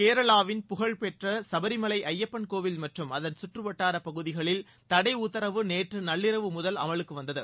கேரளாவின் புகழ்பெற்ற சுபரிமலை ஐயப்பன் கோவில் மற்றும் அதன் சுற்று வட்டாரப் பகுதிகளில் தடை உத்தரவு நேற்று நள்ளிரவு முதல் அமலுக்கு வந்தது